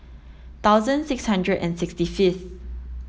thousand six hundred and sixty fifth